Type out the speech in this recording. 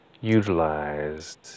utilized